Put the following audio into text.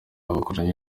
bakoranye